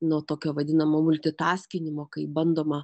nuo tokio vadinamo multitaskinimo kai bandoma